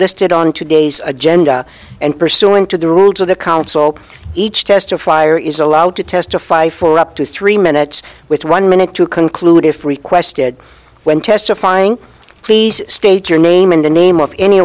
listed on today's agenda and pursuant to the rules of the council each testifier is allowed to testify for up to three minutes with one minute to conclude if requested when testifying please state your name and the name of any